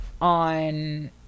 on